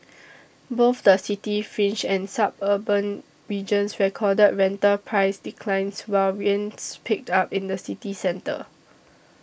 both the city fringe and suburban regions recorded rental price declines while rents picked up in the city centre